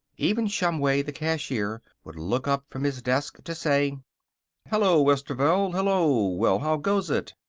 even shumway, the cashier, would look up from his desk to say hello, westerveld! hello! well, how goes it?